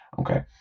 Okay